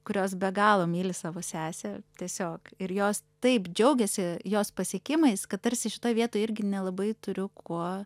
kurios be galo myli savo sesę tiesiog ir jos taip džiaugėsi jos pasiekimais kad tarsi šitoj vietoj irgi nelabai turiu kuo